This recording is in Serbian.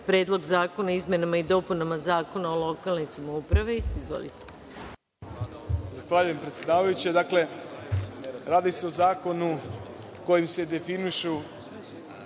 Predlog zakona o izmenama i dopunama Zakona o lokalnoj samoupravi. Izvolite. **Miroslav Aleksić** Zahvaljujem, predsedavajuća. Dakle, radi se o zakonu kojim se definišu